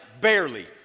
barely